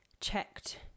checked